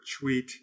tweet